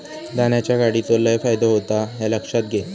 धान्याच्या गाडीचो लय फायदो होता ह्या लक्षात घे